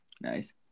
nice